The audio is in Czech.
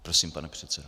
Prosím, pane předsedo.